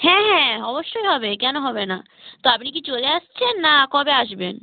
হ্যাঁ হ্যাঁ অবশ্যই হবে কেন হবে না তো আপনি কি চলে আসছেন না কবে আসবেন